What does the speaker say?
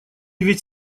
ведь